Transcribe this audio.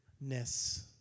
ness